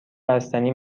بستنی